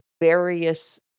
various